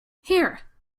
here